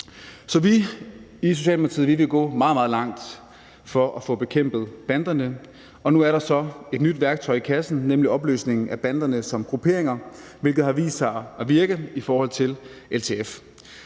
Så vi i Socialdemokratiet vil gå meget, meget langt for at få bekæmpet banderne, og nu er der så et nyt værktøj i kassen, nemlig opløsningen af banderne som grupperinger, hvilket har vist sig at virke i forhold til LTF.